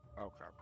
Okay